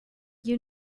you